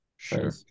Sure